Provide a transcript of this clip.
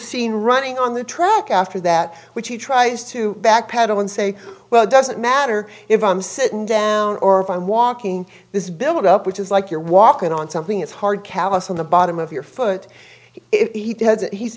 seen running on the truck after that which he tries to backpedal and say well it doesn't matter if i'm sitting down or if i'm walking this built up which is like you're walking on something it's hard callous on the bottom of your foot if he doesn't he's